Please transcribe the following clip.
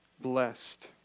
blessed